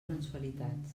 mensualitats